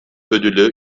ödülü